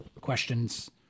questions